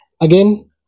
again